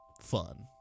fun